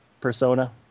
persona